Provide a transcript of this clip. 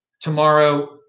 Tomorrow